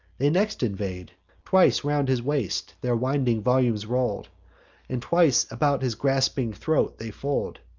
they next invade twice round his waist their winding volumes roll'd and twice about his gasping throat they fold.